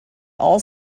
all